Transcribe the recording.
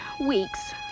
weeks